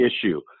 issue